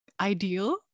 ideal